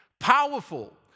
Powerful